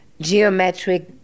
geometric